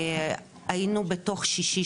היינו בימי שישי,